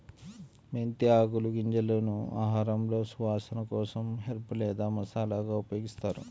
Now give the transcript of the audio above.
మెంతి ఆకులు, గింజలను ఆహారంలో సువాసన కోసం హెర్బ్ లేదా మసాలాగా ఉపయోగిస్తారు